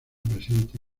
presente